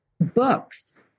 books